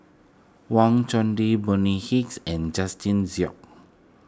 Wang Chunde Bonny Hicks and Justin Zhuang